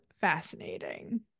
fascinating